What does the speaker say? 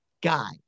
guy